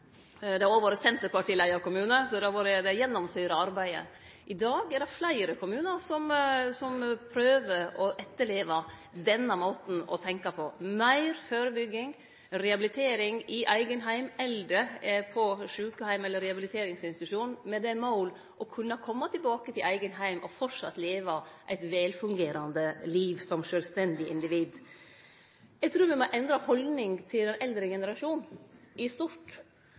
Det har òg vore ein senterpartileidd kommune, og det har gjennomsyra arbeidet. I dag er det fleire kommunar som prøver å etterleve denne måten å tenkje på; meir førebygging, rehabilitering i eigen heim, eldre på sjukeheim eller i rehabiliteringsinstitusjon med det målet å kunne kome tilbake til eigen heim og framleis leve eit velfungerande liv som sjølvstendig individ. Eg trur me må endre haldning til den eldre generasjonen i stort,